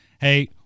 hey